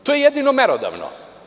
To je jedino merodavno.